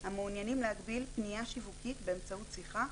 המעוניינים להגביל פניה שיווקית באמצעות שיחה,